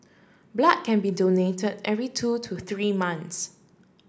blood can be donated every two to three months